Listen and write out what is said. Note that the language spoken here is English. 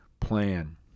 plan